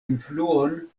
influon